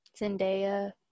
Zendaya